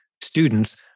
students